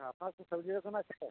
হ্যাঁ আপনার কি সবজি দোকান আছে